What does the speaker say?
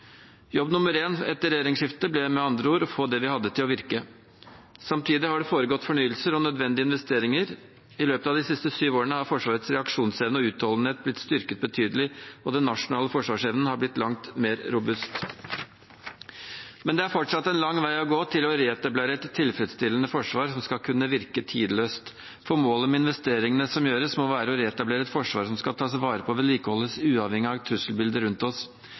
Jobb nummer én etter regjeringsskiftet ble med andre ord å få det vi hadde, til å virke. Samtidig har det foregått fornyelser og nødvendige investeringer. I løpet av de siste syv årene har Forsvarets reaksjonsevne og utholdenhet blitt styrket betydelig, og den nasjonale forsvarsevnen har blitt langt mer robust. Men det er fortsatt en lang vei å gå til å reetablere et tilfredsstillende forsvar som skal kunne virke tidløst. Målet med investeringene som gjøres, må være å reetablere et forsvar som skal tas vare på og vedlikeholdes uavhengig av trusselbildet rundt oss.